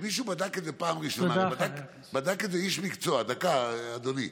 כשמישהו בדק את זה פעם ראשונה, תודה, חבר הכנסת.